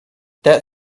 that